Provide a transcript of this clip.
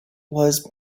was